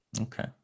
okay